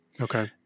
Okay